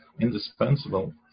indispensable